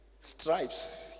Stripes